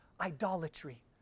idolatry